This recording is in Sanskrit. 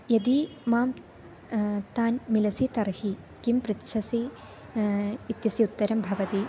यदि मां तां मिलसि तर्हि किं पृच्छसि इत्यस्य उत्तरं भवति